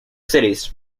cities